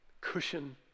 cushion